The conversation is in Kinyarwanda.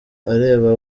areba